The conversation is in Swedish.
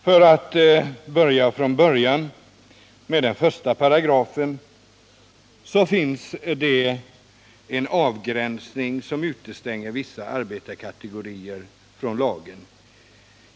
För att börja från början med den första paragrafen så finns det en avgränsning som utestänger vissa arbetarkategorier från lagen.